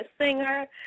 singer